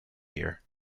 year